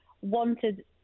wanted